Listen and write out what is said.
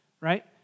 right